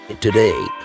Today